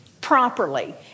properly